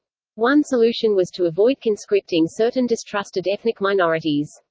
one solution was to avoid conscripting certain distrusted ethnic minorities.